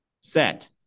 set